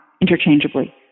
interchangeably